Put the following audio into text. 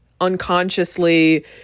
unconsciously